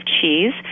cheese